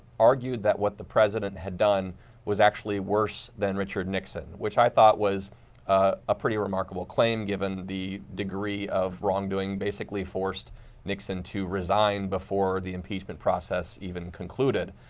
argued that what the president had done was actually worse than richard nixon, which i thought was a pretty remarkable claim, given the degree of wrongdoing basically that forced nixon to resign before the impeachment process even concluded.